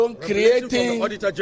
creating